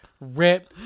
Rip